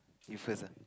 you first ah